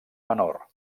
menor